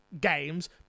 games